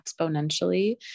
exponentially